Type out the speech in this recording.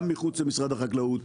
גם מחוץ למשרד החקלאות,